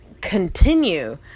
continue